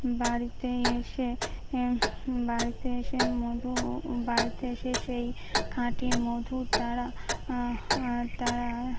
বাড়িতে এসে বাড়িতে এসে মধু বাড়িতে এসে সেই খাঁটি মধু তারা তারা